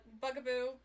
Bugaboo